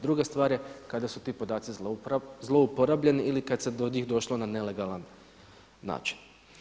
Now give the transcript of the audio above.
Druga stvar je kada su ti podaci zlouporabljeni ili kada se do njih došlo na nelegalan način.